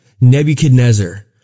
Nebuchadnezzar